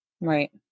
Right